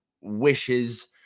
wishes